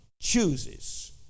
chooses